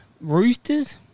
Roosters